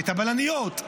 את הבלניות,